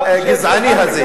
הגזעני הזה.